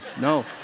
No